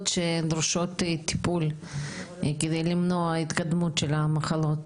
והשכר, אנחנו לא מצליחים למשוך מועמדים ראויים.